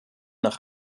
nach